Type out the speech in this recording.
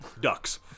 Ducks